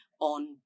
on